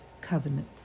covenant